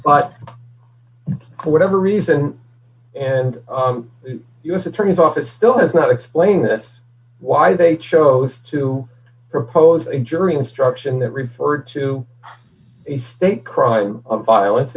but for whatever reason and the u s attorney's office still does not explain this why they chose to propose a jury instruction that referred to a state crime of violence